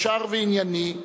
ישר וענייני,